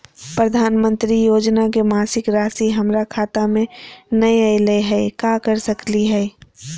प्रधानमंत्री योजना के मासिक रासि हमरा खाता में नई आइलई हई, का कर सकली हई?